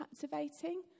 captivating